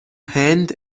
هند